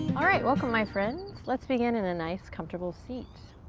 alright, welcome my friends. let's begin in a nice, comfortable seat.